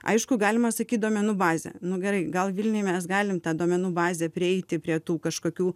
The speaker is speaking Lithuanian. aišku galima sakyt duomenų bazė nu gerai gal vilniuj mes galim tą duomenų bazę prieiti prie tų kažkokių